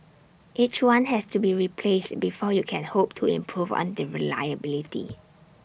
each one has to be replaced before you can hope to improve on the reliability